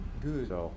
Good